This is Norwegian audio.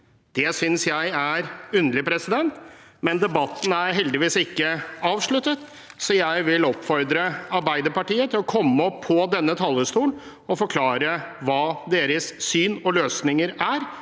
Det synes jeg er underlig. Debatten er heldigvis ikke avsluttet, så jeg vil oppfordre Arbeiderpartiet til å komme opp på talerstolen og forklare hva deres syn og løsninger er,